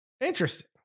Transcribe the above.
Interesting